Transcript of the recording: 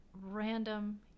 random